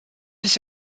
his